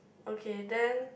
okay then